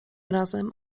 razem